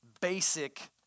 basic